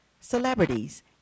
celebrities